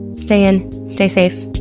stay in, stay safe,